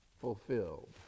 fulfilled